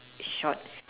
short~